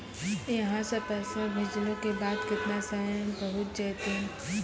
यहां सा पैसा भेजलो के बाद केतना समय मे पहुंच जैतीन?